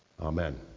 Amen